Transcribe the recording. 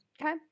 Okay